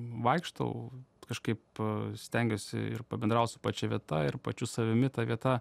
vaikštau kažkaip stengiuosi ir pabendrauti su pačia vieta ir pačiu savimi ta vieta